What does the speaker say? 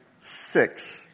six